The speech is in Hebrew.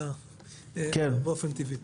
אלא באופן טבעי.